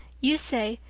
you say,